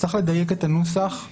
צריך לדייק את הנוסח.